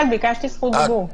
ביקשתי זכות דיבור.